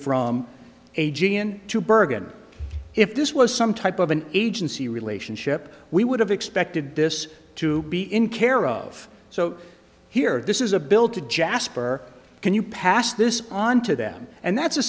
from a g and two bergen if this was some type of an agency relationship we would have expected this to be in care of so here this is a bill to jasper can you pass this on and to them and that's